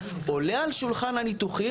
עולה על שולחן הניתוחים.